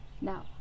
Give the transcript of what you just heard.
now